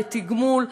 לתגמול,